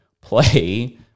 play